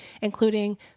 including